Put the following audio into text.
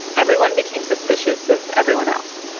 everyone became suspicious of everyone else.